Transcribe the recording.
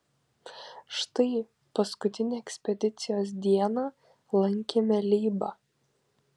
štai paskutinę ekspedicijos dieną lankėme leibą